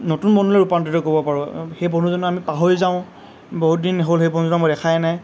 নতুন বন্ধুলে ৰূপান্তৰিত কৰিব পাৰোঁ সেই বন্ধুজনক আমি পাহৰি যাওঁ বহুত দিন হ'ল সেই বন্ধুজনক মই দেখাই নাই